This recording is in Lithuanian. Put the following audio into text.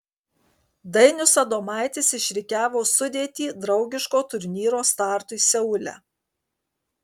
dainius adomaitis išrikiavo sudėtį draugiško turnyro startui seule